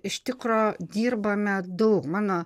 iš tikro dirbame daug mano